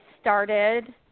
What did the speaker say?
started